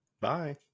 Bye